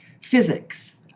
physics